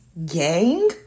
gang